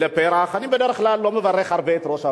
ולפרח, אני בדרך כלל לא מברך הרבה את ראש הממשלה,